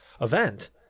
event